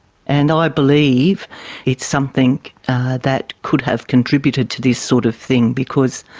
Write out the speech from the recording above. and i believe it's something that could have contributed to this sort of thing because,